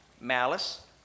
malice